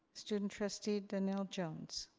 student trustee donnell jones.